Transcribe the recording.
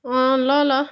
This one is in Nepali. अँ ल ल